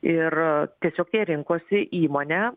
ir tiesiog jie rinkosi įmonę